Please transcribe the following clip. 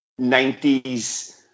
90s